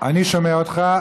אני שומע אותך.